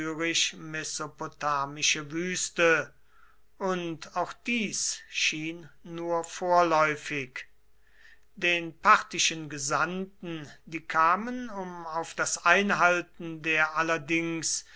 wüste und auch dies schien nur vorläufig den parthischen gesandten die kamen um auf das einhalten der allerdings